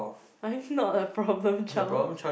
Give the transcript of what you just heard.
I'm not a problem child